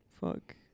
Fuck